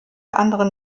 anderen